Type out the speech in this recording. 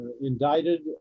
indicted